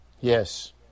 Yes